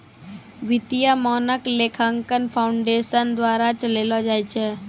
वित्तीय मानक लेखांकन फाउंडेशन द्वारा चलैलो जाय छै